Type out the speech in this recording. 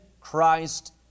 Christ